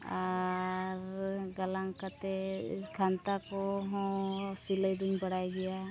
ᱟᱨ ᱜᱟᱞᱟᱝ ᱠᱟᱛᱮᱫ ᱠᱟᱱᱛᱷᱟ ᱠᱚᱦᱚᱸ ᱥᱤᱞᱟᱹᱭ ᱫᱚᱧ ᱵᱟᱲᱟᱭ ᱜᱮᱭᱟ